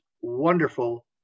wonderful